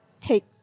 take